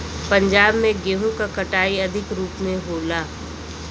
पंजाब में गेंहू क कटाई अधिक रूप में होला